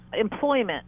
employment